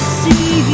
see